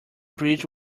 bridge